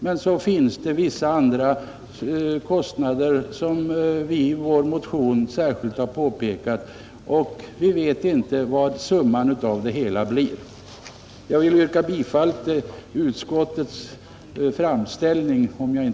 Men så finns det vissa andra kostnader som vi i vår motion särskilt har pekat på, och vi vet inte vad summan av det hela blir. Herr talman! Jag vill yrka bifall till utskottets hemställan,